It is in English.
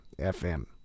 FM